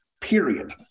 period